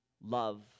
love